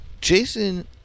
Jason